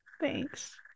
Thanks